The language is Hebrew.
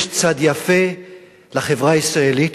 יש צד יפה לחברה הישראלית,